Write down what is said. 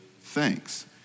thanks